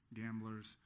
gamblers